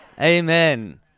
Amen